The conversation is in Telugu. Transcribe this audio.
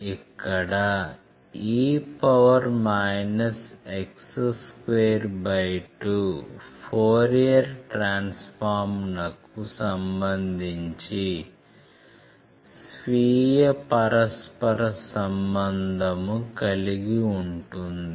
ఇక్కడ e x22 ఫోరియర్ ట్రాన్స్ఫార్మ్ నకు సంబంధించి స్వీయ పరస్పర సంబంధం కలిగి ఉంటుంది